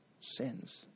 sins